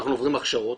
אנחנו עוברים הכשרות,